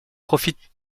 profite